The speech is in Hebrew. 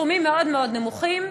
סכומים מאוד מאוד נמוכים.